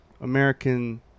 American